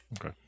Okay